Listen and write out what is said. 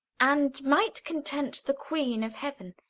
and might content the queen of heaven,